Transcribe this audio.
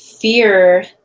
fear